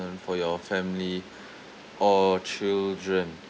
for your family or children